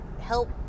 help